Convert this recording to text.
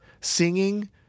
singing